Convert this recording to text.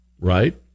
right